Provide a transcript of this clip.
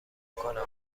کنم